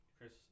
Chris